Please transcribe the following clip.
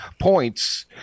points